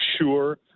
sure